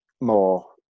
more